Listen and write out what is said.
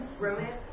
Romance